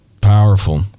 Powerful